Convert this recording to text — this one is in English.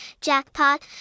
jackpot